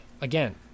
again